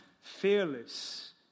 fearless